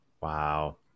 Wow